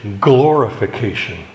glorification